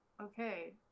okay